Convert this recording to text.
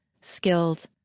skilled